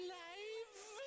life